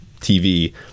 TV